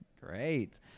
Great